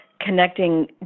connecting